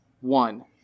One